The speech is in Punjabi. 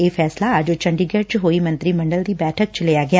ਇਹ ਫੈਸਲਾ ਅੱਜ ਚੰਡੀਗੜੁ ਚ ਹੋਈ ਮੰਤਰੀ ਮੰਡਲ ਦੀ ਬੈਠਕ ਚ ਲਿਆ ਗਿਆ